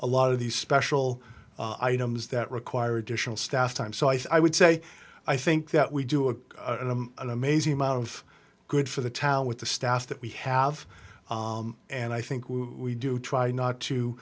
a lot of these special items that require additional staff time so i would say i think that we do an amazing amount of good for the town with the staff that we have and i think we we do try not